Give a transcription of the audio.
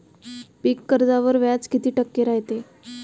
पीक कर्जावर व्याज किती टक्के रायते?